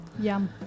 Yum